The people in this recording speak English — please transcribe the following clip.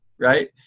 right